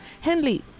Henley